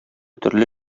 төрле